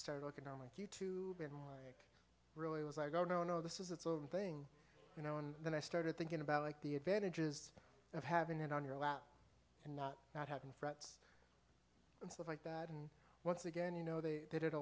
started looking around like you tube and really it was like oh no no this is it's own thing you know and then i started thinking about like the advantages of having it on your lap and not not having frets and stuff like that and once again you know they did